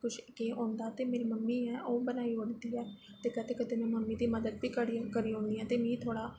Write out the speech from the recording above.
कुछ केह् होंदा ते मेरा मम्मी एह् ओह् बनाई ओड़दी ऐ ते कदें कदें में मम्मी दी मदद बी करी करी ओड़नी हा ते मी थोह्ड़ा